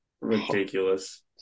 ridiculous